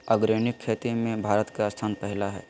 organic खेती में भारत के स्थान पहिला हइ